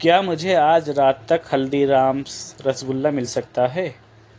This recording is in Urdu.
کیا مجھے آج رات تک ہلدی رامز رسگلا مل سکتا ہے